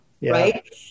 Right